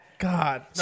god